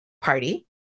party